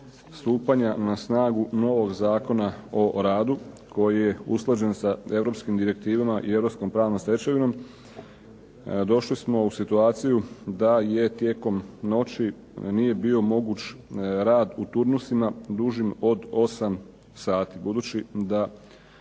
stupanja na snagu novog Zakona o radu koji je usklađen sa Europskim direktivama i Europskom pravnom stečevinom došli smo u situaciju da je tijekom noći nije bio moguć rad u turnusima dužim od osam sati. Budući da